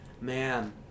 man